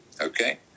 Okay